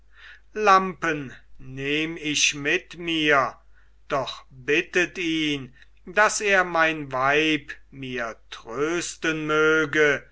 lampen nehm ich mit mir doch bittet ihn daß er mein weib mir trösten möge